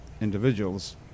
individuals